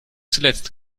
zuletzt